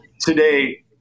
today